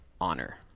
honor